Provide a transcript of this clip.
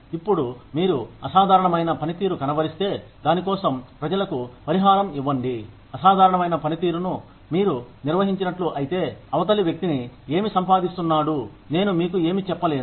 ఇప్పుడు మీరు అసాధారణమైన పనితీరు కనబరిస్తే దానికోసం ప్రజలకు పరిహారం ఇవ్వండి అసాధారణమైన పనితీరును మీరు నిర్వహించినట్లు అయితేఅవతలి వ్యక్తిని ఏమి సంపాదిస్తున్నాడు నేను మీకు ఏమి చెప్పలేను